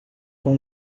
com